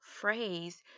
phrase